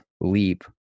leap